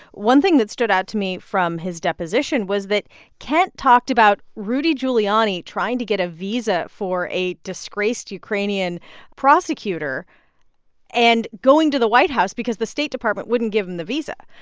one thing that stood out to me from his deposition was that kent talked about rudy giuliani trying to get a visa for a disgraced ukrainian prosecutor and going to the white house because the state department wouldn't give him the visa.